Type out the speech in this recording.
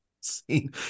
seen